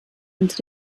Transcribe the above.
unter